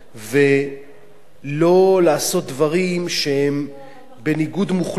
ולא לעשות דברים שהם בניגוד מוחלט למוסר,